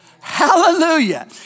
Hallelujah